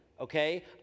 okay